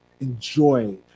Enjoy